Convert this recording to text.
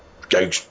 go